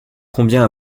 combien